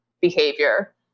behavior